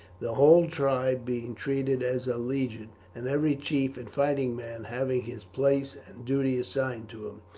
the whole tribe being treated as a legion, and every chief and fighting man having his place and duty assigned to him.